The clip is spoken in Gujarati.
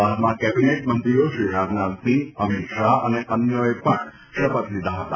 બાદમાં કેબિનેટ મંત્રીઓ શ્રી રાજનાથસિંહ અમીત શાહ અને અન્યોએ પણ શપથ લીધા હતા